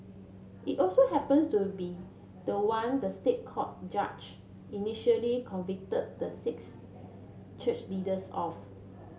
it also happens to be the one the State Court judge initially convicted the six church leaders of